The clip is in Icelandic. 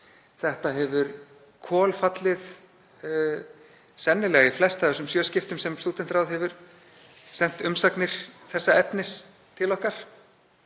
Þetta hefur kolfallið sennilega í flest af þeim sjö skiptum sem Stúdentaráð hefur sent umsagnir þessa efnis til okkar.